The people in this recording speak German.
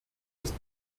des